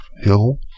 hill